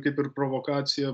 kaip ir provokacija